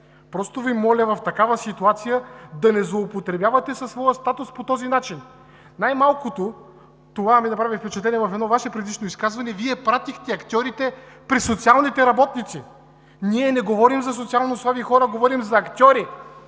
Моля Ви в такава ситуация да не злоупотребявате със своя статус по този начин. Най-малкото, това ми направи впечатление в едно Ваше предишно изказване, Вие пратихте актьорите при социалните работници. Ние не говорим за социалнослаби хора, ние говорим за актьори.